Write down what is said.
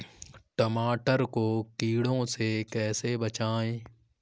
टमाटर को कीड़ों से कैसे बचाएँ?